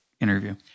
interview